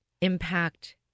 impact